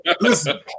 Listen